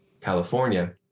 California